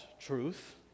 truth